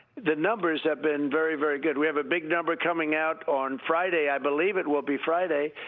the numbers have been very, very good. we have a big number coming out on friday, i believe it will be friday,